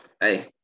Hey